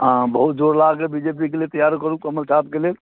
हँ बहुत जोर लगाके बी जे पी के लेल तैयार करू कमल छापके लेल